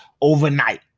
overnight